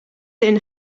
een